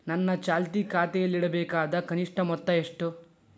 ನನ್ನ ಚಾಲ್ತಿ ಖಾತೆಯಲ್ಲಿಡಬೇಕಾದ ಕನಿಷ್ಟ ಮೊತ್ತ ಎಷ್ಟು?